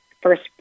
first